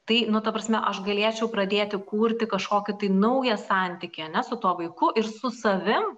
tai nu ta prasme aš galėčiau pradėti kurti kažkokį tai naują santykį ane su tuo vaiku ir su savim